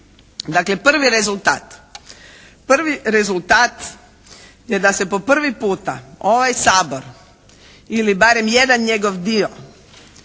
Prvi rezultat je da se po prvi puta ovaj Sabor ili barem jedan njegov dio